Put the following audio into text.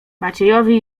maciejowi